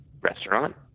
restaurant